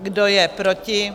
Kdo je proti?